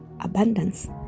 abundance